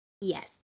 yes